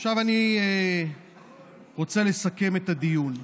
עכשיו אני רוצה לסכם את הדיון.